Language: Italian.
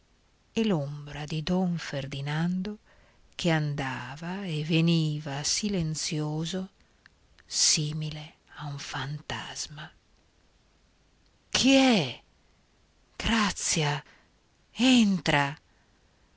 e cadente e l'ombra di don ferdinando che andava e veniva silenzioso simile a un fantasma chi è grazia entra